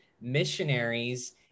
missionaries